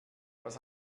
was